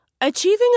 Achieving